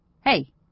Hey